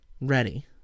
ready